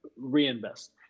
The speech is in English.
reinvest